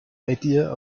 idea